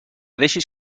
deixis